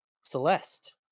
Celeste